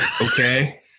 Okay